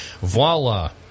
voila